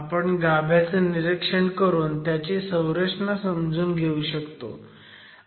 आपण गाभ्याचं निरीक्षण करून त्याची संरचना समजून घेउ शकतो